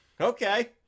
okay